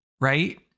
right